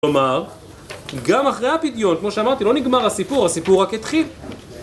כלומר, גם אחרי הפדיון, כמו שאמרתי, לא נגמר הסיפור, הסיפור רק התחיל.